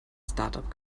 startup